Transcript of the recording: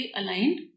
aligned